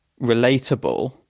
relatable –